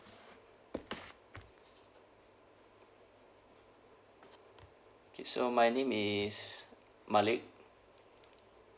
K so my name is malik